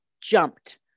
jumped